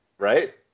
Right